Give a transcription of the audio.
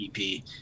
EP